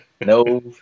No